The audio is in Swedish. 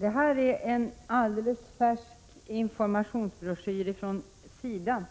Herr talman! En alldeles färsk informationsbroschyr från SIDA